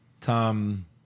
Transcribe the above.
Tom